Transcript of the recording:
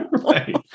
Right